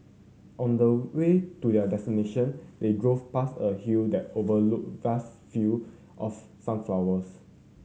on the way to their destination they drove past a hill that overlooked vast field of sunflowers